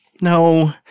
No